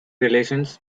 relations